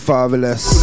Fatherless